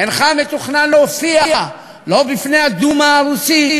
אינך מתוכנן להופיע לא בפני הדומא הרוסית,